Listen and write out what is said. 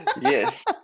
yes